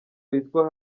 witwa